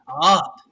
up